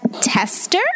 tester